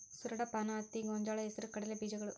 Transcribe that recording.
ಸೂರಡಪಾನ, ಹತ್ತಿ, ಗೊಂಜಾಳ, ಹೆಸರು ಕಡಲೆ ಬೇಜಗಳು